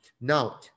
Now